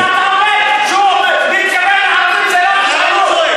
אם אתה אומר שהוא מתכוון לערבים, זו לא גזענות,